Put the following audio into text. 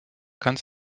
ganz